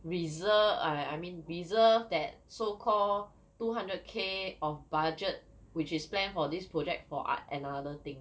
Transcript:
reserve I mean reserve that so called two hundred k of budget which is planned for this project for a~ another thing